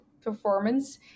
performance